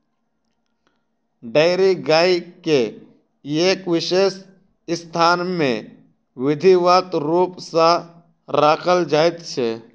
dairy गाय के एक विशेष स्थान मे विधिवत रूप सॅ राखल जाइत छै